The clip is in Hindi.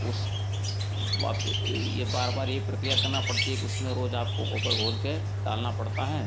उस ये बार बार ये प्रक्रिया करना पड़ती है कि उसमें रोज आपको गोबर घोल के डालना पड़ता है